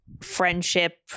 friendship